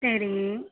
சரி